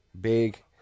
big